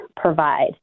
provide